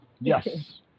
yes